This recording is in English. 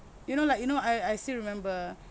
you know like you know I I still remember